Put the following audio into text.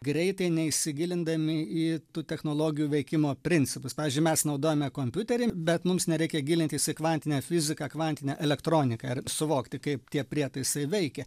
greitai neįsigilindami į tų technologijų veikimo principus pavyzdžiui mes naudojame kompiuterį bet mums nereikia gilintis į kvantinę fiziką kvantinę elektroniką ar suvokti kaip tie prietaisai veikia